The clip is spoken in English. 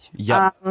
yeah.